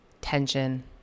tension